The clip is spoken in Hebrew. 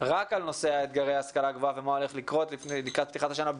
רק על נושא אתגרי ההשכלה הגבוהה ומה הולך לקרות לקראת פתיחת השנה,